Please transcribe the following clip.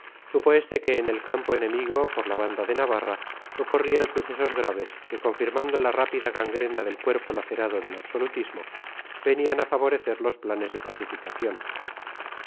este que en el campo enemigo por la banda de navarra ocurrían sucesos graves que confirmando la rápida gangrena del cuerpo lacerado del absolutismo venían a favorecer los planes de pacificación